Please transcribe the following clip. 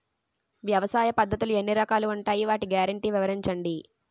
వ్యవసాయ పద్ధతులు ఎన్ని రకాలు ఉంటాయి? వాటి గ్యారంటీ వివరించండి?